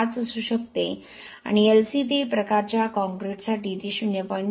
5 असू शकते आणि LC 3 प्रकारच्या कॉंक्रिटसाठी ती 0